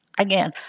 Again